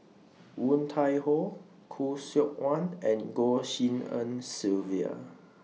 Woon Tai Ho Khoo Seok Wan and Goh Tshin En Sylvia